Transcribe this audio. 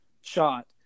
shot